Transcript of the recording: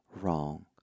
wrong